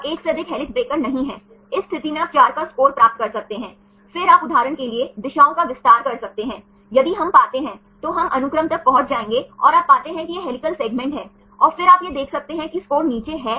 छात्र 2 दो परमाणु हैं सही तो आप उदाहरण के लिए कोण देख सकते हैं आप यहाँ कोण देख सकते हैं इस मामले में कोण प्राप्त करने के लिए कितने परमाणुओं की आवश्यकता है